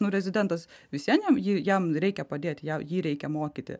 nu rezidentas vis vien jam jam reikia padėti ją jį reikia mokyti